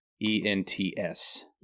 E-N-T-S